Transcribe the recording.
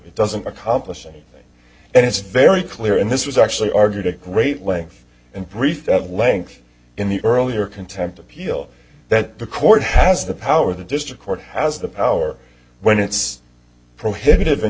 doesn't accomplish anything and it's very clear and this was actually argued at great length and brief length in the earlier contempt appeal that the court has the power the district court has the power when its prohibit